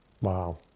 Wow